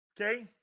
Okay